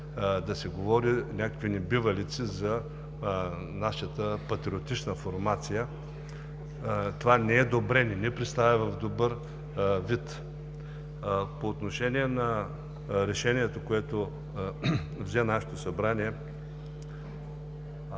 да се говорят някакви небивалици за нашата патриотична формация. Това не е добре. Не ни представя в добър вид. По отношение на решението, което взе нашето Събрание,